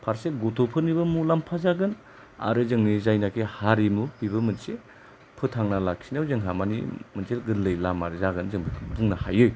फारसे गथ'फोरनिबो मुलाम्फा जागोन आरो जोंनि जायनोखि हारिमु बेबो मोनसे फोथांना लाखिनायाव जोंहा माने मोनसे गोरलै लामा जागोन जों बेखौ बुंनो हायो